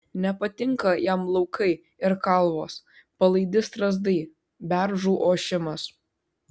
nepatinka jam laukai ir kalvos palaidi strazdai beržų ošimas